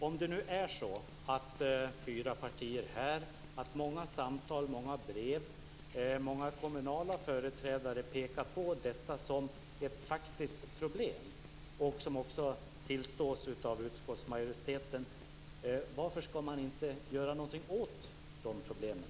Om det nu är så att fyra partier här, många samtal, många brev och många kommunala företrädare pekar på detta som ett faktiskt problem, som också tillstås av utskottsmajoriteten, varför ska man då inte göra något åt problemet?